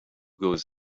goes